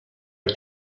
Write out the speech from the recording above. are